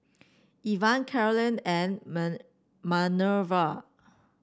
Ivah Cailyn and Manerva